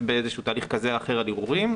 באיזשהו תהליך כזה או אחר על ערעורים,